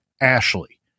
Ashley